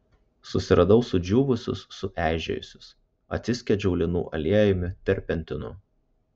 susiradau sudžiūvusius sueižėjusius atsiskiedžiau linų aliejumi terpentinu